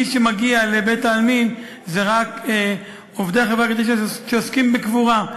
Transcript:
מי שמגיע לבית-העלמין זה רק עובדי חברת קדישא שעוסקים בקבורה.